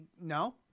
No